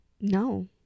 No